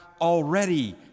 already